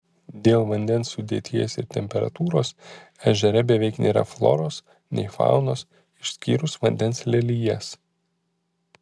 dėl vandens sudėties ir temperatūros ežere beveik nėra floros nei faunos išskyrus vandens lelijas